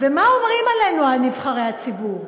ומה אומרים עלינו, על נבחרי הציבור?